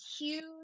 Huge